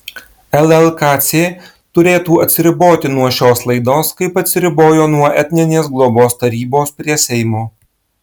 llkc turėtų atsiriboti nuo šios laidos kaip atsiribojo nuo etninės globos tarybos prie seimo